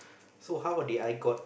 so how what did I got